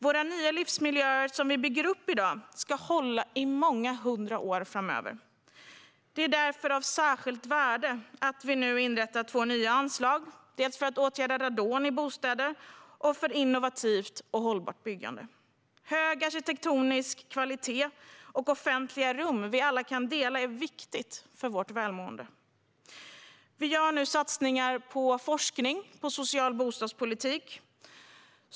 De nya livsmiljöer som byggs upp i dag ska hålla i många hundra år framöver. Det är därför av särskilt värde att det nu inrättas två nya anslag, dels för att åtgärda radon i bostäder, dels för innovativt och hållbart byggande. Hög arkitektonisk kvalitet och offentliga rum vi alla kan dela är viktiga för vårt välmående. Vi gör nu satsningar på forskning om social bostadspolitik.